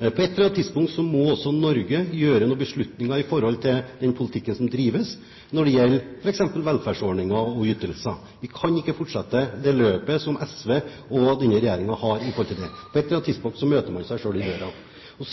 På et eller annet tidspunkt må også Norge gjøre noen beslutninger i forhold til den politikken som drives når det gjelder f.eks. velferdsordninger og ytelser. Vi kan ikke fortsette det løpet som SV og denne regjeringen har i forhold til det. På et eller annet tidspunkt møter man seg selv i døren. Jeg